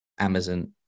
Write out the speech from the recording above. amazon